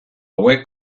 hauek